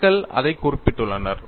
மக்கள் அதைக் குறிப்பிட்டுள்ளனர்